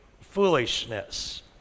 foolishness